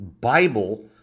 Bible